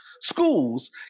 schools